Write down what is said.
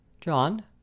John